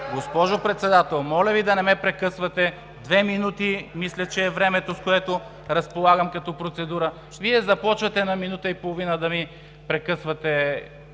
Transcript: Госпожо Председател, моля Ви да не ме прекъсвате. Две минути мисля, че е времето, с което разполагам като процедура. Вие започвате на минута и половина да ми прекъсвате